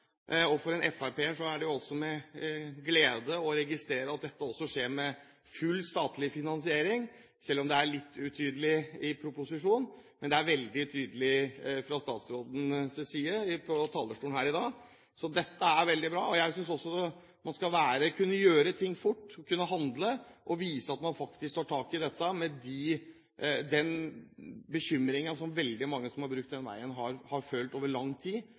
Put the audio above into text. Og for en FrP-er er det med glede jeg registrerer at det også skjer med full statlig finansiering, selv om dette er litt utydelig i proposisjonen. Men det er veldig tydelig fra statsrådens side fra talerstolen her i dag. Så dette er veldig bra. Jeg synes også man skal kunne gjøre ting fort – man skal kunne handle og vise at man faktisk tar tak i dette, med tanke på den bekymringen som veldig mange som har brukt denne veien, har følt over lang tid.